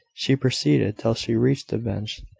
she proceeded till she reached a bench,